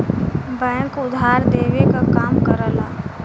bank उधार देवे क काम करला